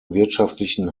wirtschaftlichen